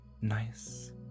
nice